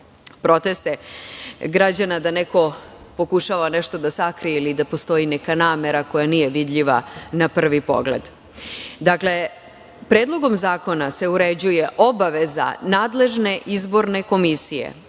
proteste građana da neko pokušava nešto da sakrije ili da postoji neka namera koja nije vidljiva na prvi pogled. Dakle, Predlogom zakona se uređuje obaveza nadležne izborne komisije